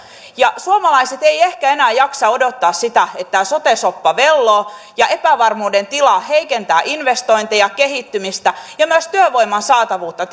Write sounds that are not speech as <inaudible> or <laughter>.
suomalaiset eivät ehkä enää jaksa odottaa sitä että tämä sote soppa velloo ja epävarmuuden tila heikentää investointeja kehittymistä ja myös työvoiman saatavuutta <unintelligible>